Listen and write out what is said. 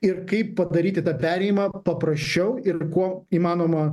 ir kaip padaryti tą perėjimą paprasčiau ir kuo įmanoma